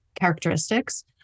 characteristics